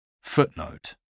footnote